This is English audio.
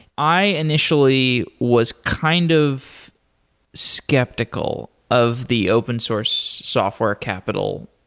i initially was kind of skeptical of the open source software capital.